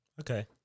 Okay